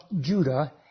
Judah